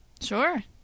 Sure